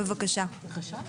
בבקשה.